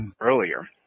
earlier